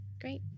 Great